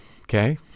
okay